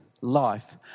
life